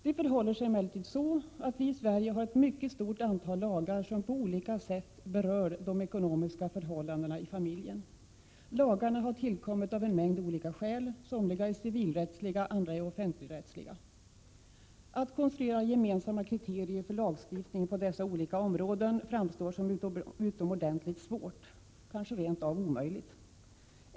Det förhåller sig emellertid så, att vi i Sverige har ett mycket stort antal lagar som på olika sätt berör de ekonomiska förhållandena i familjen. Lagarna har tillkommit av en mängd olika skäl. Somliga är civilrättsliga, andra är offentligrättsliga. Att konstruera gemensamma kriterier för lagstiftning på dessa olika områden framstår som utomordentligt svårt, kanske rent av omöjligt.